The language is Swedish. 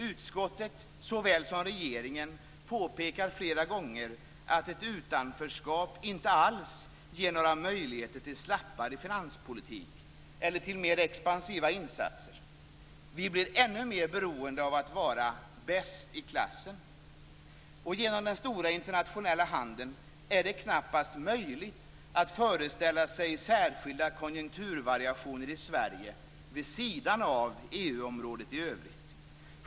Utskottet, såväl som regeringen, påpekar flera gånger att ett utanförskap inte alls ger några möjligheter till slappare finanspolitik eller till mer expansiva insatser - vi blir ännu mer beroende av att vara "bäst i klassen". Genom den stora internationella handeln är det knappast möjligt att föreställa sig särskilda konjunkturvariationer i Sverige vid sidan av EMU-området i övrigt.